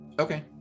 Okay